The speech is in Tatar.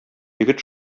егет